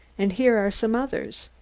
and here are some others.